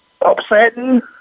upsetting